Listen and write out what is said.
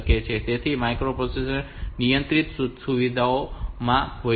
તેથી માઇક્રોપ્રોસેસર નિયંત્રિત સુવિધામાં આ હોય છે